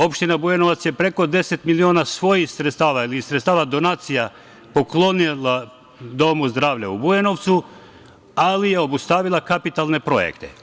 Opština Bujanovac je preko 10 miliona svojih sredstava ili sredstva iz donacija poklonila Domu zdravlja u Bujanovcu, ali je obustavila kapitalne projekte.